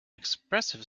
expressive